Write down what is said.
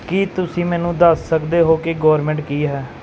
ਕੀ ਤੁਸੀਂ ਮੈਨੂੰ ਦੱਸ ਸਕਦੇ ਹੋ ਕਿ ਗੋਰਮੇਂਟ ਕੀ ਹੈ